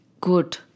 good